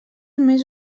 més